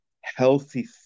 healthy